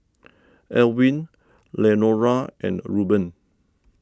Elwin Lenora and Reuben